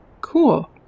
cool